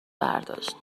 برداشت